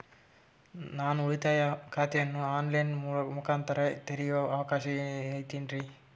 ನಾನು ಉಳಿತಾಯ ಖಾತೆಯನ್ನು ಆನ್ ಲೈನ್ ಮುಖಾಂತರ ತೆರಿಯೋ ಅವಕಾಶ ಐತೇನ್ರಿ?